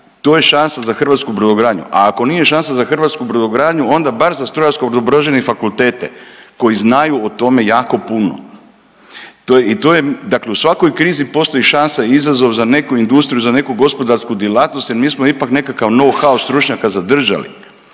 to je šansa za hrvatsku brodogradnju. A ako nije šansa za hrvatsku brodogradnju onda bar za strojarski …/Govornik se ne razumije./… fakultete koji znaju o tome jako puno. I to je, dakle u svakoj krizi postoji šansa i izazov za neku industriju i za neku gospodarsku djelatnost jer mi smo ipak nekakav nouhau stručnjaka zadržali,